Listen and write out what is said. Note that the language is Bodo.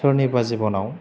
सोरनिबा जिब'नाव